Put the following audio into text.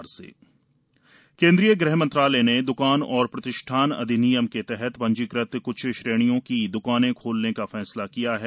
सरकार परामर्श दुकान केंद्रीय गृह मंत्रालय ने द्वकान और प्रतिष्ठान अधिनियम के तहत पंजीकृत क्छ श्रेणियों की द्वकानें खोलने का फैसला किया है